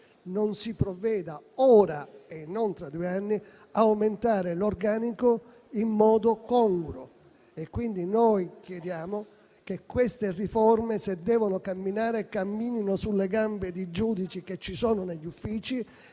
non si provveda, ora e non tra due anni, ad aumentare l'organico in modo congruo. Noi chiediamo che queste riforme, se devono camminare, camminino sulle gambe dei giudici che sono negli uffici